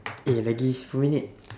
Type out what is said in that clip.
eh lagi sepuluh minit